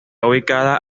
ubicada